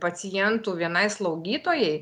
pacientų vienai slaugytojai